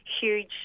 huge